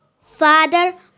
Father